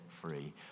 free